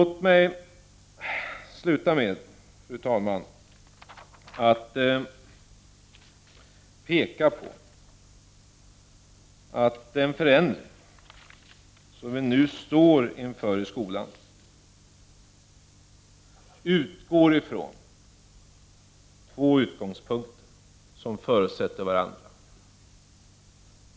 Låt mig sluta med att peka på att den förändring i skolan som vi nu står inför har två utgångspunkter som förutsätter varandra.